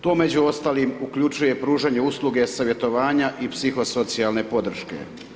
To među ostalim uključuje pružanje usluge savjetovanja i psihosocijalne podrške.